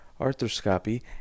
arthroscopy